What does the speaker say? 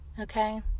Okay